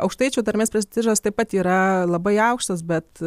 aukštaičių tarmės prestižas taip pat yra labai aukštas bet